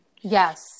Yes